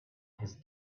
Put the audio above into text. his